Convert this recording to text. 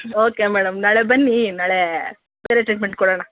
okay madam ನಾಳೆ ಬನ್ನಿ ನಾಳೆ ಬೇರೆ ಟ್ರೀಟ್ಮೆಂಟ್ ಕೊಡೋಣ